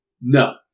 No